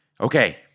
Okay